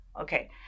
Okay